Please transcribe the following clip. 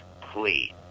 please